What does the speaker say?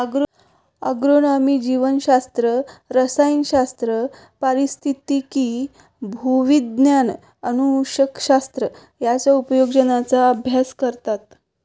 agronomy जीवशास्त्र, रसायनशास्त्र, पारिस्थितिकी, भूविज्ञान, अनुवंशशास्त्र यांच्या उपयोजनांचा अभ्यास करतात